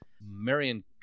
Marion